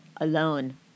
alone